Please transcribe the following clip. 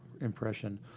impression